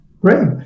Great